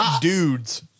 dudes